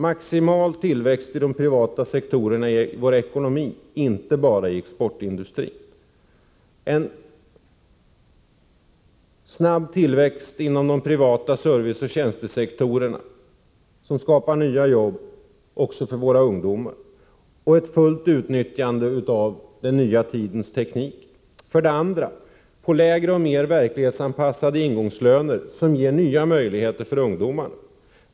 Maximal tillväxt i de privata sektorerna i vår ekonomi — inte bara i exportindustrin —, en snabb tillväxt inom den privata serviceoch tjänstesektorn som skapar nya jobb också för våra ungdomar och ett fullt utnyttjande av den nya tidens teknik. 2. Lägre och mer verklighetsanpassade ingångslöner som ger nya möjligheter för ungdomarna.